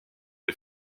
les